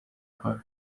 کار